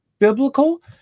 Biblical